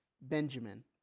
Benjamin